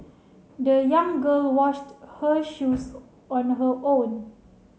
the young girl washed her shoes on her own